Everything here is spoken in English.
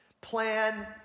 Plan